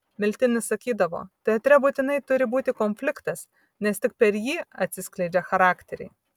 miltinis sakydavo teatre būtinai turi būti konfliktas nes tik per jį atsiskleidžia charakteriai